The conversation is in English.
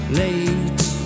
late